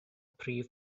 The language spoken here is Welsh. prif